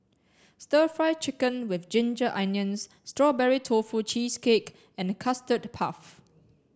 stir fry chicken with ginger onions strawberry tofu cheesecake and custard puff